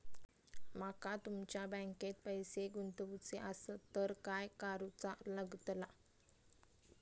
माका तुमच्या बँकेत पैसे गुंतवूचे आसत तर काय कारुचा लगतला?